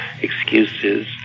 excuses